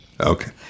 Okay